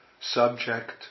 subject